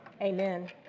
amen